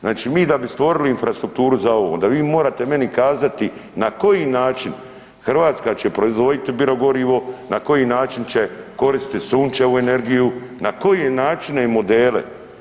Znači mi da bi stvorili infrastrukturu za ovo onda vi morate meni kazati na koji način Hrvatska će proizvoditi bio gorio, na koji način će koristi sunčevu energiju, na koje načine i modela.